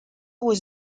was